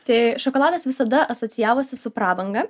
tai šokoladas visada asocijavosi su prabanga